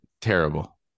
Terrible